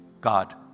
God